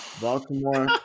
Baltimore